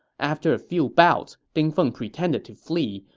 after a few bouts, ding feng pretended to flee,